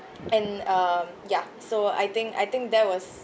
and um ya so I think I think that was